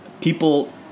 People